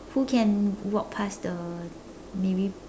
who can walk past the navy